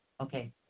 Okay